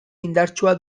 indartsua